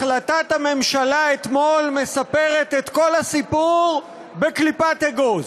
החלטת הממשלה אתמול מספרת את כל הסיפור בקליפת אגוז.